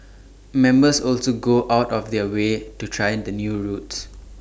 members also go out of their way to try the new routes